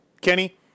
Kenny